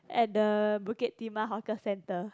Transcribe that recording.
at the Bukit Timah hawker center